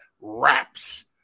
raps